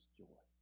joy